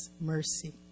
mercy